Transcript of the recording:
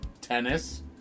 tennis